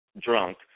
drunk